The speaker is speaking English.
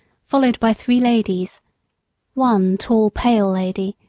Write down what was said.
followed by three ladies one tall, pale lady,